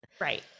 Right